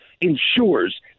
ensures